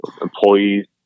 employees